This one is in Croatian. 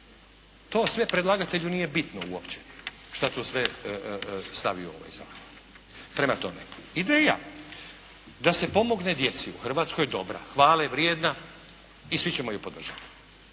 To sve predlagatelju nije bitno uopće što je tu sve stavio u ovaj zakon. Prema tome, ideja da se pomogne djeci u Hrvatskoj je dobra, hvale vrijedna i svi ćemo je podržati.